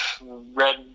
red